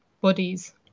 bodies